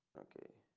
ok.